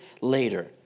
later